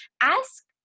ask